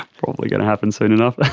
properly going to happen soon enough.